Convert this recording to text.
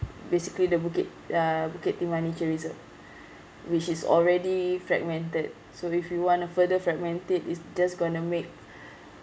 basically the bukit uh bukit-timah nature reserve which is already fragmented so if you want to further fragment it it's just gonna make